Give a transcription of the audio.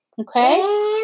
Okay